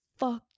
fucked